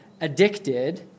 addicted